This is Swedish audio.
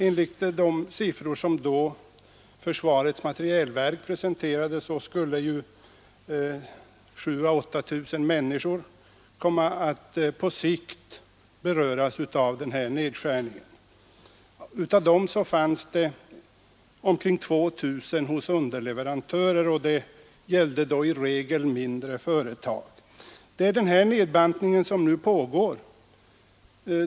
Enligt de siffror som försvarets materielverk då presenterade skulle 7 000 å 8 000 människor komma att på sikt beröras av den beslutade nedskärningen. Av dem arbetar omkring 2 000 hos underleverantörer, i regel mindre företag. Nu pågår den här nedbantningen.